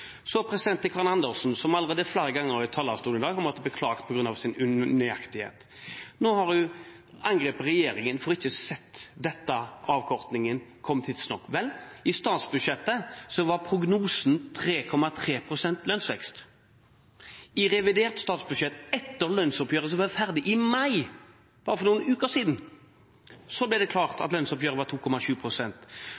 Så til Karin Andersen, som allerede flere ganger fra talerstolen i dag har måttet beklage sin unøyaktighet. Nå har hun angrepet regjeringen for ikke å ha sett denne avkortingen komme, tidsnok. Vel, i statsbudsjettet var prognosen 3,3 pst. lønnsvekst. I revidert statsbudsjett, etter lønnsoppgjøret, som var ferdig i mai, bare for noen uker siden, ble det klart at lønnsoppgjøret var